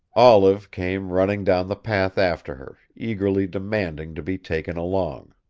olive came running down the path after her, eagerly demanding to be taken along.